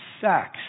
sex